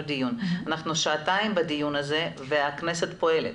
את הדיון ואנחנו שעתיים בדיון הזה והכנסת פועלת.